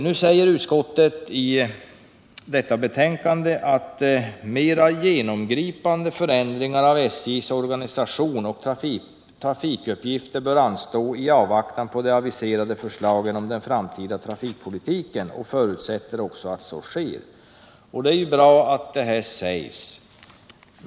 Nu säger utskottet i detta betänkande att mera genomgripande förändringar av SJ:s organisation och trafikuppgifter bör anstå i avvaktan på de aviserade förslagen om den framtida trafikpolitiken. Utskottet förutsätter också att så sker, och det är ju bra att det sägs.